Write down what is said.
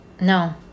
no